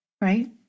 Right